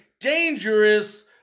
dangerous